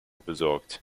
besorgt